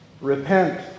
Repent